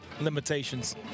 limitations